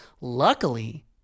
Luckily